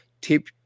tip